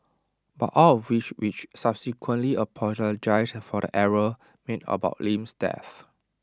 but all of which which subsequently apologised for the error made about Lim's death